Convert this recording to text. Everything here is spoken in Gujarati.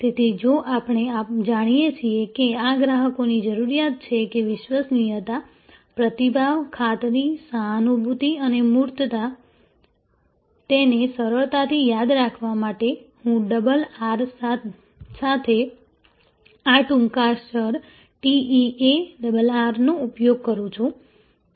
તેથી જો આપણે જાણીએ છીએ કે આ ગ્રાહકોની જરૂરિયાત છે કે વિશ્વસનીયતા પ્રતિભાવ ખાતરી સહાનુભૂતિ અને મૂર્તતા તેને સરળતાથી યાદ રાખવા માટે હું ડબલ આર સાથે આ ટૂંકાક્ષર TEARR નો ઉપયોગ કરું છું